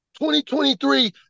2023